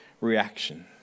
reaction